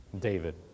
David